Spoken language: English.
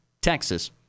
Texas